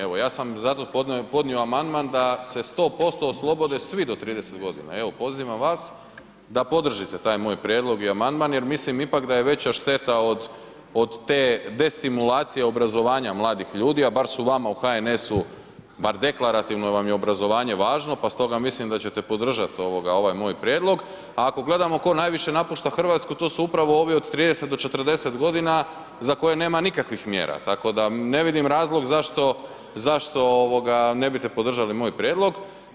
Evo ja sam podnio amandman da se 100% oslobode svi do 30 godina, evo pozivam vas da podržite taj moj prijedlog i amandman, jer mislim ipak da je veća šteta od te destimulacije obrazovanja mladih ljudi, a bar su vama u HNS-u, bar deklarativno vam je obrazovanje važno, pa stoga mislim da ćete podržati ovog ovaj moj prijedlog, a ako gledamo tko najviše napušta Hrvatsku to su upravo ovi od 30 do 40 godina za koje nema nikakvih mjera, tako da ne vidim razlog zašto, zašto ovoga ne bite podržali moj prijedlog.